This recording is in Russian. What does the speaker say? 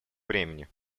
времени